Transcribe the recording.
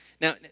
Now